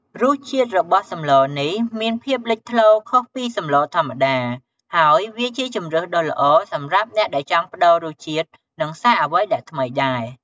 រសជាតិរបស់សម្លនេះមានភាពលេចធ្លោខុសពីសម្លធម្មតា ហើយវាជាជម្រើសដ៏ល្អសម្រាប់អ្នកដែលចង់ប្តូររសជាតិ និងសាកអ្វីដែលថ្មីដែរ។